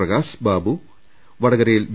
Prakash Babu Vadakara V